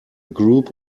group